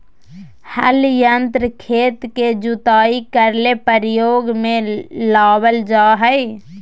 हल यंत्र खेत के जुताई करे ले प्रयोग में लाबल जा हइ